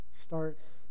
starts